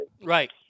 Right